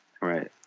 right